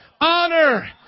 Honor